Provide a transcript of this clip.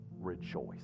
rejoice